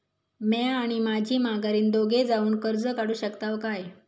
म्या आणि माझी माघारीन दोघे जावून कर्ज काढू शकताव काय?